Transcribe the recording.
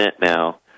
now